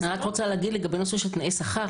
אני רק רוצה להגיד לגבי נושא של תנאי שכר,